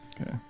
Okay